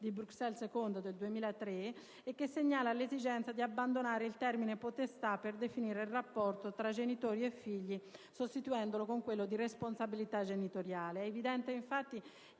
di Bruxelles II del 2003 che segnala l'esigenza di abbandonare il termine potestà per definire il rapporto tra genitori e figli, sostituendolo con quello di responsabilità genitoriale. È evidente infatti